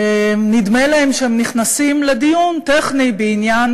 נדמה להם שהם נכנסים לדיון טכני בעניין